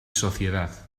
sociedad